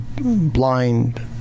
blind